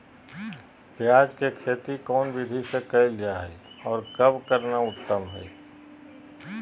प्याज के खेती कौन विधि से कैल जा है, और कब करना उत्तम है?